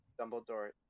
Dumbledore